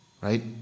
Right